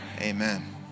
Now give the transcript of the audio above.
amen